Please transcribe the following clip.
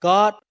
God